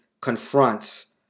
confronts